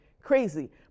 crazy